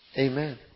Amen